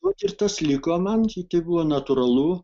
vat ir tas liko man ir tai buvo natūralu